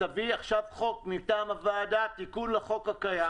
תביא עכשיו חוק מטעם הוועדה, תיקון לחוק הקיים.